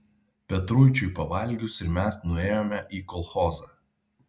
petruičiui pavalgius ir mes nuėjome į kolchozą